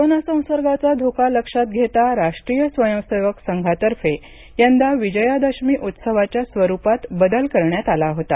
कोरोनाच्या संसर्गाचा धोका लक्षात घेता राष्ट्रीय स्वयंसेवक संघातर्फे यंदा विजयादशमी उत्सवाच्या स्वरुपात बदल करण्यात आला होता